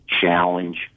challenge